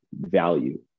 value